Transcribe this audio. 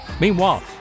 Meanwhile